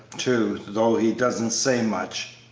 too, though he doesn't say much.